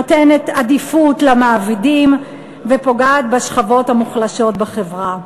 נותנת עדיפות למעבידים ופוגעת בשכבות המוחלשות בחברה?